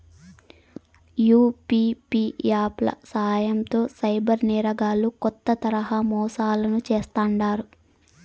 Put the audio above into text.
UPI app ల సాయంతో cyber నేరగాల్లు కొత్త తరహా మోసాలను చేస్తాండారు